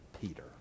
Peter